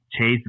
chase